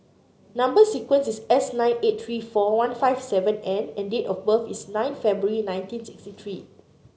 number sequence is S nine eight three four one five seven N and date of birth is nine February nineteen sixty three